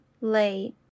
late